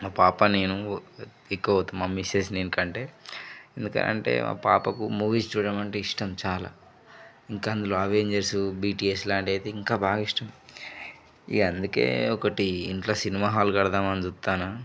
నా పాప నేను ఎక్కువగా పోతాం మా మిసెస్ నేను కంటే ఎందుకంటే మా పాపకు మూవీస్ చూడటం అంటే ఇష్టం చాలా ఇంకా అందులో అవెంజర్స్ బిటిఎస్ లాంటి అయితే ఇంకా బాగా ఇష్టం ఇగ అందుకే ఒకటి ఇంట్లో సినిమా హాల్ కడదామని చూస్తున్న